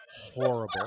horrible